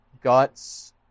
Guts